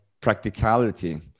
practicality